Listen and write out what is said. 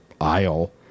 aisle